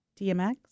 DMX